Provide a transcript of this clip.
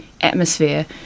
atmosphere